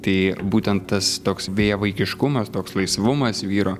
tai būtent tas toks vėjavaikiškumas toks laisvumas vyro